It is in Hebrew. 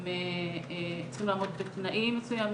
הם צריכים לעמוד בתנאים מסוימים.